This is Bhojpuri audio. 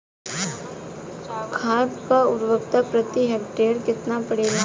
खाध व उर्वरक प्रति हेक्टेयर केतना पड़ेला?